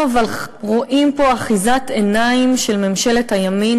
אנחנו רואים פה אחיזת עיניים של ממשלת הימין,